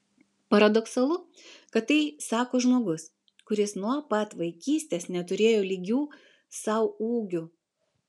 paradoksalu kad tai sako žmogus kuris nuo pat vaikystės neturėjo lygių sau ūgiu